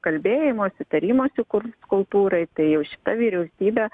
kalbėjimosi tarimosi kut kultūrai tai jau šita vyriausybė